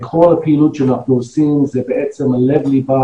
כל הפעילות שאנחנו עושים זה בעצם לב ליבו